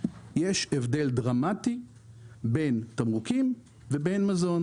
שיש הבדל דרמטי בין תמרוקים לבין מזון.